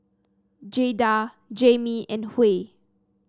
Jada Jamie and Huey